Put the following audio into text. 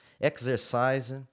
Exercise